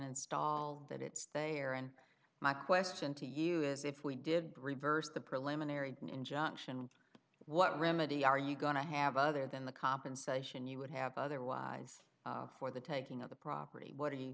installed that it's they are and my question to you is if we did reverse the preliminary injunction what remedy are you going to have other than the compensation you would have otherwise for the taking of the property